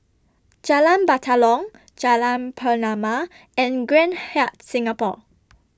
Jalan Batalong Jalan Pernama and Grand Hyatt Singapore